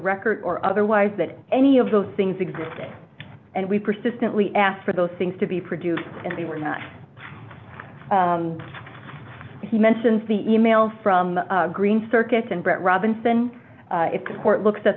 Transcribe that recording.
record or otherwise that any of those things exist and we persistently asked for those things to be produced and they were not he mentions the e mail from green circuits and brett robinson if the court looks at